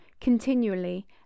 continually